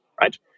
right